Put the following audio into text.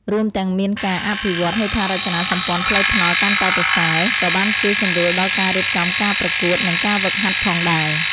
រួមទាំងមានការអភិវឌ្ឍហេដ្ឋារចនាសម្ព័ន្ធផ្លូវថ្នល់កាន់តែប្រសើរ ក៏បានជួយសម្រួលដល់ការរៀបចំការប្រកួត និងការហ្វឹកហាត់ផងដែរ។